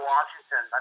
Washington